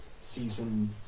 season